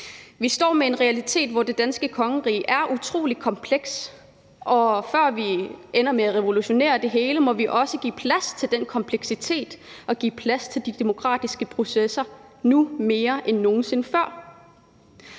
Vi står med en realitet, hvor det danske kongerige er utrolig komplekst, og før vi ender med at revolutionere det hele, må vi også give plads til den kompleksitet og give plads til de demokratiske processer – nu mere end nogen sinde før.